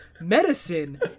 medicine